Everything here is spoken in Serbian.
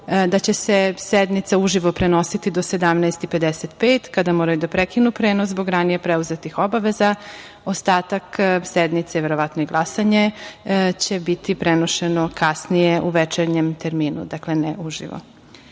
da će se sednica uživo prenositi do 17.55 časova kada moraju da prekinu prenos zbog ranije preuzetih obaveza. Ostatak sednice, verovatno i glasanje će biti prenošeno kasnije u večernjem terminu, a ne